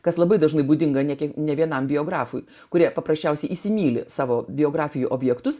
kas labai dažnai būdinga nė kiek ne vienam biografui kurie paprasčiausiai įsimyli savo biografijų objektus